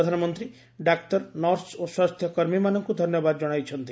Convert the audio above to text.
ପ୍ରଧାନମନ୍ତ୍ରୀ doctor nurse ଓ ସ୍ୱାସ୍ଥ୍ୟ କର୍ମୀମାନଙ୍କୁ ଧନ୍ୟବାଦ ଜଣାଇଛନ୍ତି